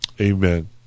Amen